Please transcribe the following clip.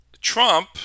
Trump